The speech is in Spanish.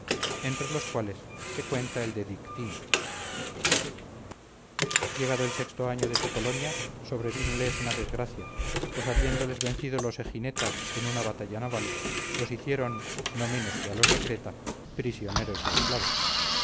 entre los cuales se cuenta el de dictina llegado el sexto año de su colonia sobrevínoles una desgracia pues habiéndoles vencido los eginetas en una batalla naval los hicieron no menos que a los de creta prisioneros y esclavos